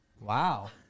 Wow